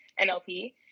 NLP